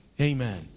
Amen